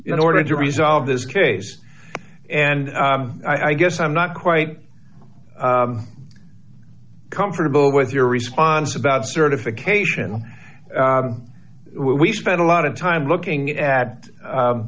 in order to resolve this case and i guess i'm not quite comfortable with your response about certification we spend a lot of time looking at